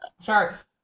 shark